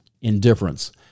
indifference